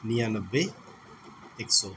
निनानब्बे एक सय